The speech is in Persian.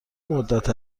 مدت